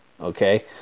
Okay